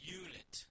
unit